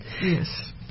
yes